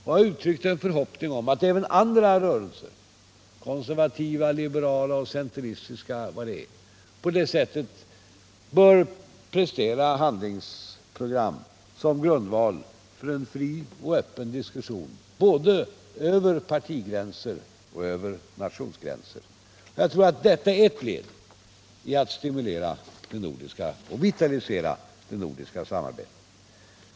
Vi har uttryckt en förhoppning om att även andra rörelser — konservativa, liberala, centeristiska och vilka — Nordiska rådet de är — på samma sätt bör prestera handlingsprogram som grundval för en fri och öppen diskussion både över partigränser och över nationsgränser. Jag tror att detta är ett led i att stimulera och vitalisera det nordiska arbetet.